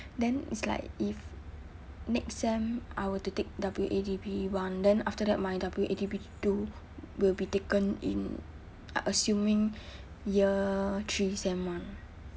then it's like if next semester I were to take W_A_D_P one then after that my W_A_D_P two will be taken in I assuming year three sem one